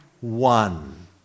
one